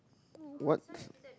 what